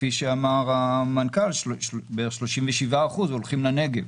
וכפי שאמר המנכ"ל, בערך 37% הולכים לנגב.